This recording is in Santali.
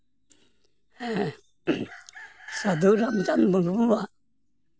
ᱦᱮᱸ ᱥᱟᱹᱫᱷᱩ ᱨᱟᱢᱪᱟᱸᱫᱽ ᱢᱩᱨᱢᱩᱣᱟᱜ